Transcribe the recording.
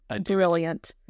Brilliant